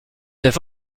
neuf